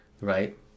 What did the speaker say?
right